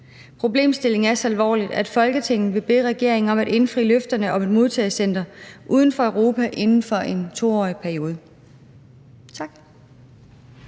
Problemstillingen er så alvorlig, at Folketinget vil bede regeringen om at indfri løfterne om et modtagecenter uden for Europa inden for en 2-årig periode.«